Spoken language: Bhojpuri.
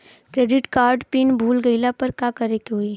क्रेडिट कार्ड के पिन भूल गईला पर का करे के होई?